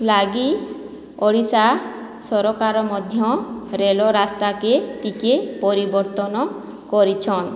ଲାଗି ଓଡ଼ିଶା ସରକାର ମଧ୍ୟ ରେଲରାସ୍ତାକେ ଟିକେ ପରିବର୍ତ୍ତନ କରିଛନ୍